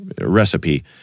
recipe